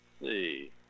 see